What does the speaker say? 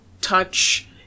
touch